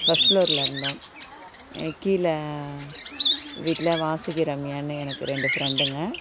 first ஃப்ளோர்ல இருந்தோம் கீழே வீட்டில வாசுகி ரம்யான்னு எனக்கு ரெண்டு ஃப்ரெண்டுங்க